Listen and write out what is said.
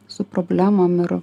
su problemom ir